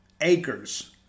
acres